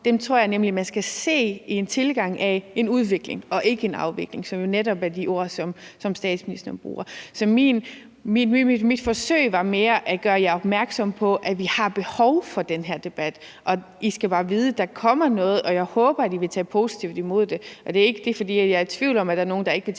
jeg nemlig man skal se som en udvikling og ikke en afvikling, som jo netop er de ord, som statsminister bruger. Så mit forsøg var mere at gøre jer opmærksomme på, at vi har behov for den her debat, og I skal bare vide, at der kommer noget, og jeg håber, at I vil tage positivt imod det. Det er ikke, fordi jeg tror, at der er nogen, der ikke vil tage positivt imod det,